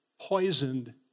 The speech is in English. poisoned